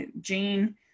Jane